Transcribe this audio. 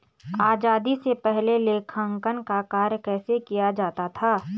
आजादी से पहले लेखांकन का कार्य कैसे किया जाता था?